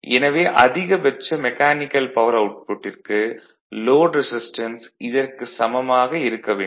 எனவே அதிகபட்ச mechanical power அவுட்புட்டிற்கு லோட் ரெசிஸ்டன்ஸ் இதற்கு சமமாக இருக்க வேண்டும்